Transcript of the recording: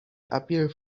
appear